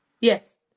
Yes